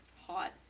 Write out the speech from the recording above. Hot